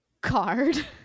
card